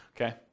Okay